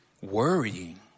worrying